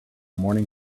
morning